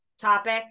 topic